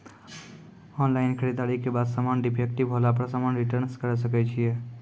Online खरीददारी के बाद समान डिफेक्टिव होला पर समान रिटर्न्स करे सकय छियै?